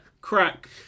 crack